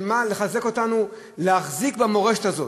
לחזק אותנו להחזיק במורשת הזאת.